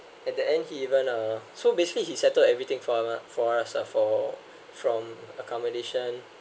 at the end he run a so basically he settled everything for us for us uh for from accommodation